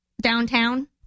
downtown